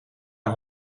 aan